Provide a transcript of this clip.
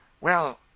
Well